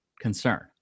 concern